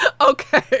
Okay